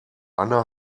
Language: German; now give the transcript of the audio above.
anna